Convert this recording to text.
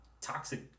toxic